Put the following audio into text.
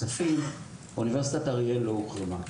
אוניברסיטת אריאל לא הוחרמה.